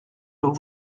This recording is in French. nos